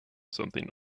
something